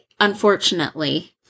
unfortunately